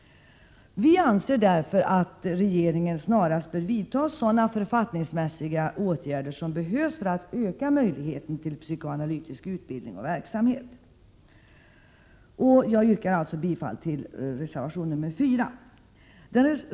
Vi anser därför att regeringen snarast bör vidta sådana författningsmässiga åtgärder som behövs för att öka möjligheten till psykoanalytisk utbildning och verksamhet. Jag yrkar bifall till reservation nr 4.